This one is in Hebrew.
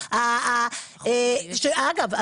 אגב,